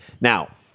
Now